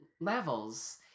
levels